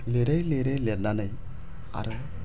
लिरै लिरै लिरनानै आरो